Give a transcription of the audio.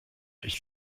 ich